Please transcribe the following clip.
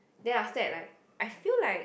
then after that like I feel like